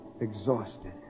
exhausted